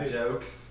jokes